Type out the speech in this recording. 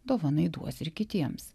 dovanai duos ir kitiems